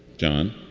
john